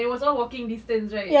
it was all walking distance right